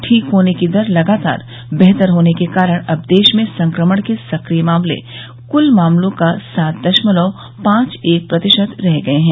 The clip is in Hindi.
ठीक होने की दर लगातार बेहतर होने के कारण अब देश में संक्रमण के सक्रिय मामले कुल मामलों का सात दशमलव पांच एक प्रतिशत रह गये हैं